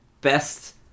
best